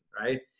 right